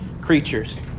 creatures